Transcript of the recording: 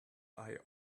eye